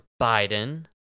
Biden